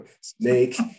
snake